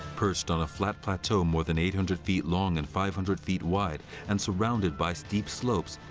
perched on a flat plateau more than eight hundred feet long and five hundred feet wide and surrounded by steep slopes,